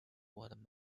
world